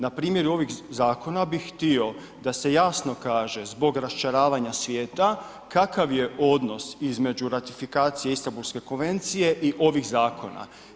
Na primjeru ovih zakona bih htio da se jasno kaže zbor raščaravanja svijeta kakav je odnos između ratifikacije Istanbulske konvencije i ovih zakona.